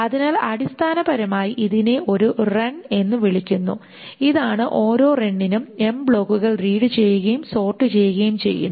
അതിനാൽ അടിസ്ഥാനപരമായി ഇതിനെ ഒരു റൺ എന്ന് വിളിക്കുന്നു ഇതാണ് ഓരോ റണ്ണിനും ബ്ലോക്കുകൾ റീഡ് ചെയ്യുകയും സോർട് ചെയ്യുകയും ചെയ്യുന്നു